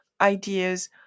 ideas